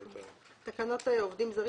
תקנות עובדים זרים